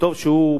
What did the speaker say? וטוב שהוא,